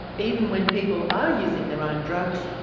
even when people are using their own drugs,